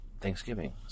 Thanksgiving